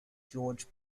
george